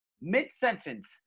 mid-sentence